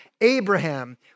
Abraham